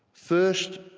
first,